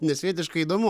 nesvietiškai įdomu